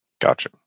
Gotcha